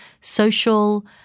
Social